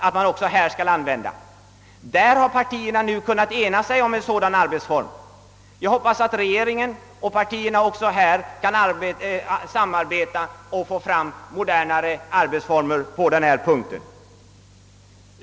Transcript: I Österrike har partierna nu kunnat ena sig om en sådan arbetsform. Jag hoppas att regeringen och partierna också här kan samarbeta för att få fram modernare arbetsformer på denna punkt.